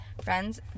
friends